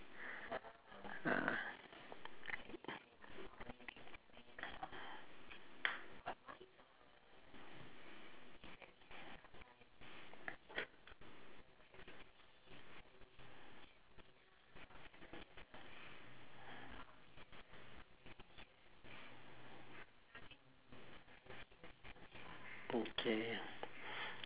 okay